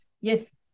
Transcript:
Yes